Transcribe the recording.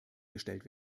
gestellt